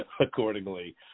Accordingly